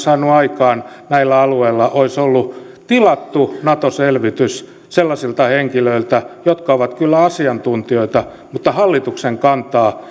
saanut aikaan näillä alueilla olisi ollut tilattu nato selvitys sellaisilta henkilöiltä jotka ovat kyllä asiantuntijoita mutta hallituksen kantaa